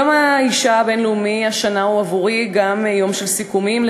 יום האישה הבין-לאומי השנה הוא עבורי גם יום של סיכומים,